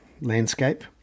landscape